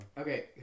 Okay